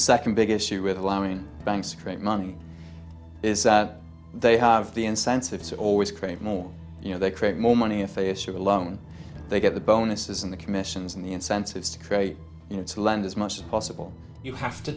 second big issue with allowing banks to create money is that they have the incentive to always create more you know they create more money if they issue alone they get the bonuses and the commissions and the incentives to create you know to lend as much as possible you have to